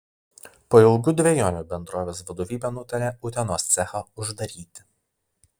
po ilgų dvejonių bendrovės vadovybė nutarė utenos cechą uždaryti